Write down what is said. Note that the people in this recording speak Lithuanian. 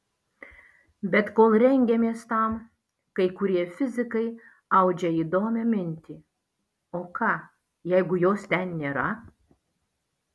bet kol rengiamės tam kai kurie fizikai audžia įdomią mintį o ką jeigu jos ten nėra